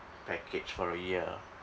package for a year